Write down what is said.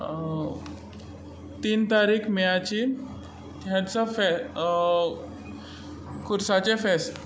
तीन तारीक मेयाची ह्या दिसा फे खुरसाचें फेस्त